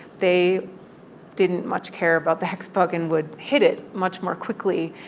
they didn't much care about the hexbug and would hit it much more quickly.